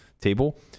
table